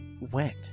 went